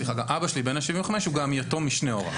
אבא שלי בן ה-75 הוא גם יתום משני הוריו.